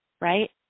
right